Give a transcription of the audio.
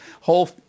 whole